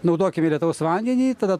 naudokime lietaus vandenį tada